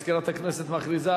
זה שמזכירת הכנסת מכריזה,